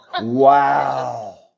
Wow